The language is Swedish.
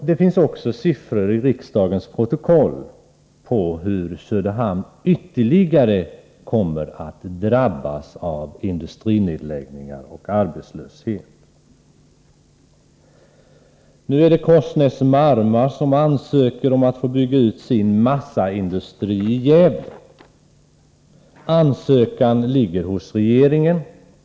Det finns även siffror i riksdagens protokoll på hur Söderhamn ytterligare kommer att drabbas av industrinedläggningar och arbetslöshet. Nu är det Korsnäs-Marma som ansöker om att få bygga ut sin massaindustri i Gävle. Ansökan ligger hos regeringen.